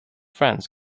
friends